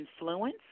influence